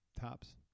tops